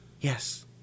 Yes